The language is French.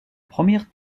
première